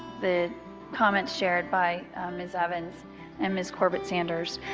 the comments shared by mrs. evans and mrs. corbett sanders.